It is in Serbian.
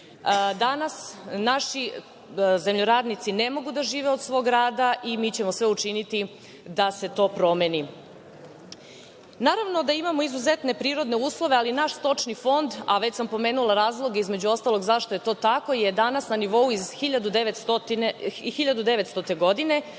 Danas naši zemljoradnici ne mogu da žive od svog rada i mi ćemo sve učiniti da se to promeni. Naravno da imamo izuzetne prirodne uslove, ali naš stočni fond, a već sam pomenula razloge između ostalog zašto je to tako, je danas na nivou iz 1900. godine,